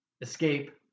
escape